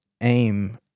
AIM